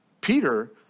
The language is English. Peter